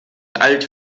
alt